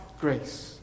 grace